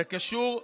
זה קשור לעצמו.